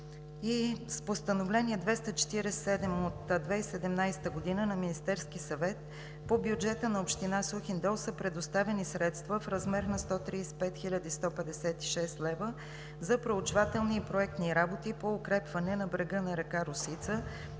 с Постановление № 247 от 2017 г. на Министерския съвет по бюджета на община Сухиндол са предоставени средства в размер на 135 хил. 156 лв. за проучвателни и проектни работи по укрепване на брега на река Росица